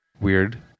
weird